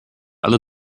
alle